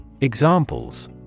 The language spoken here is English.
Examples